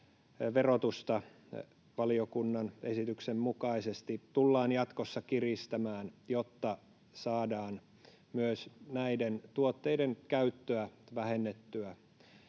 verotusta valiokunnan esityksen mukaisesti tullaan jatkossa kiristämään, jotta saadaan myös näiden tuotteiden käyttöä vähennettyä